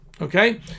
Okay